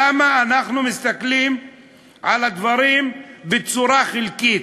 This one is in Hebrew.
למה אנחנו מסתכלים על הדברים בצורה חלקית?